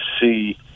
see